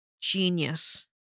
genius